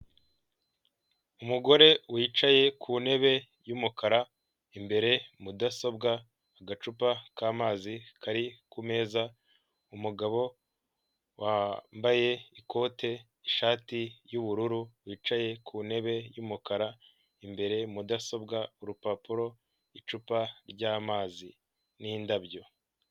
Umugore wicaye ku ntebe yumukara imbere mudasobwa agacupa k'amazi kari kumeza umugabo wambaye ikote ishati y'ubururu wicaye ku ntebe y'umukara imbere mudasobwa urupapuro, icupa ry'amazi n'indabyo.